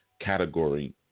category